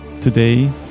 Today